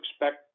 expect